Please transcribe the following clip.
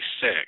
sick